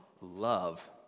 love